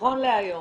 נכון להיום